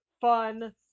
fun